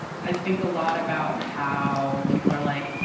i think a lot about how people are like,